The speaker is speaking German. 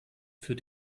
für